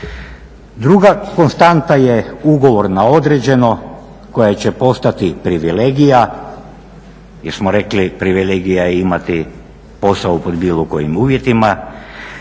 Druga konstanta je ugovor na određeno koja će postati privilegija, jer smo rekli privilegija je imati posao pod bilo kojim uvjetima.